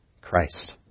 Christ